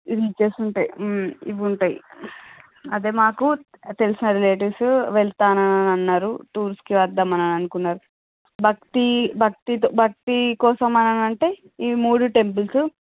ఏం చేస్తుంటే ఇవి ఉంటాయి అదే మాకు తెలిసిన రిలేటివ్స్ వెళ్తానని అన్నారు టూర్స్కి వద్దామనుకున్నారు భక్తి భక్తితో భక్తి కోసం అని అంటే ఈ మూడు టెంపుల్స్